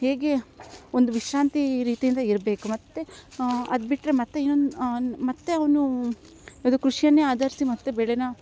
ಹೇಗೆ ಒಂದು ವಿಶ್ರಾಂತಿ ರೀತಿಯಿಂದ ಇರಬೇಕು ಮತ್ತು ಅದು ಬಿಟ್ರೆ ಮತ್ತು ಇನ್ನೊಂದು ನ್ ಮತ್ತು ಅವನು ಇದು ಕೃಷಿಯನ್ನೇ ಆಧರಿಸಿ ಮತ್ತೆ ಬೆಳೆನ